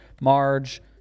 Marge